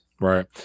Right